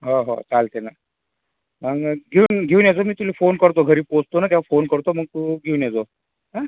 हो हो चालते ना मग घेऊन घेऊन या तुम्ही तुला फोन करतो घरी पोचतो ना तेव्हा फोन करतो मग तू घेऊन ये जा हां